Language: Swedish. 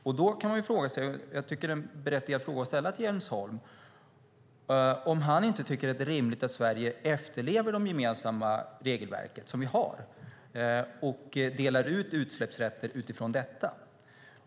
Jag tycker att det är en berättigad fråga att ställa till Jens Holm om han inte tycker att det är rimligt att Sverige efterlever det gemensamma regelverk som vi har och delar ut utsläppsrätter utifrån detta.